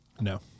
No